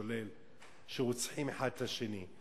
שרוצחים אחד את השני?